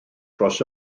dros